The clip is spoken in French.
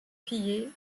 pillées